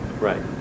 Right